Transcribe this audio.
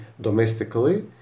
domestically